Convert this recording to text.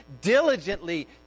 diligently